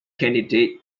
candidate